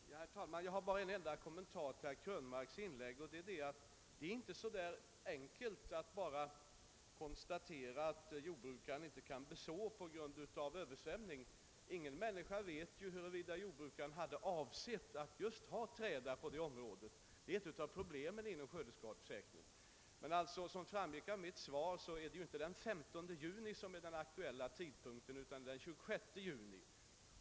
Herr talman! Jag har bara en enda kommentar att göra till herr Krönmarks inlägg, och det är att det inte bara är så där enkelt att konstatera att jordbrukaren inte kan beså viss mark på grund av översvämning. Ingen vet ju huruvida jordbrukaren hade avsett att just låta det området ligga i träda. Det är ett av problemen inom skördeskadeförsäkringen. Men som framgick av mitt svar är det ju inte den 15 juni som är den aktuella tidpunkten utan den 26 juni.